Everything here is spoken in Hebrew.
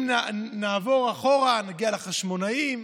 אם נעבור אחורה נגיע לחשמונאים,